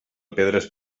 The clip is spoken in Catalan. pedres